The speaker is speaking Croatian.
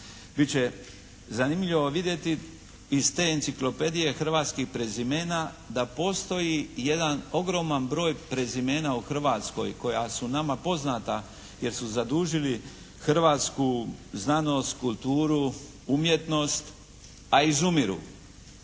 će zanimljivo vidjeti iz te enciklopedije hrvatskih prezimena da postoji jedan ogroman broj prezimena u Hrvatskoj koja su nama poznata jer su zadužili hrvatsku znanost, kulturu, umjetnost, a izumiru.